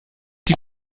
die